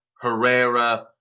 Herrera